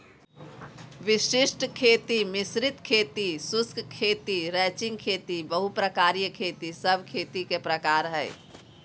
वशिष्ट खेती, मिश्रित खेती, शुष्क खेती, रैचिंग खेती, बहु प्रकारिय खेती सब खेती के प्रकार हय